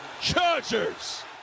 Chargers